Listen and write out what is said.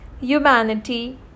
humanity